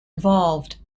involved